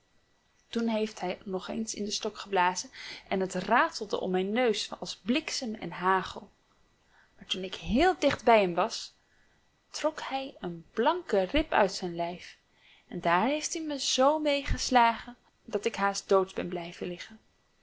toen heeft hij nog eens in den stok geblazen en t ratelde om mijn neus als bliksem en hagel maar toen ik heel dicht bij hem was trok hij een blanke rib uit zijn lijf en daar heeft hij mij z mee geslagen dat ik haast dood ben blijven liggen